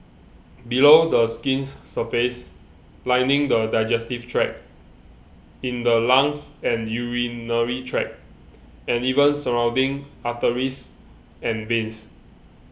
below the skin's surface lining the digestive tract in the lungs and urinary tract and even surrounding arteries and veins